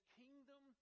kingdom